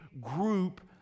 group